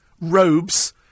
robes